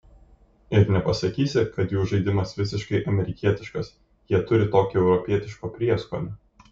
ir nepasakysi kad jų žaidimas visiškai amerikietiškas jie turi tokio europietiško prieskonio